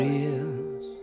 ears